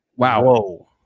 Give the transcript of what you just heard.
Wow